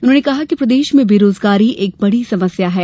उन्होंने कहा कि प्रदेश में बेरोजगारी एक बड़ी समस्या है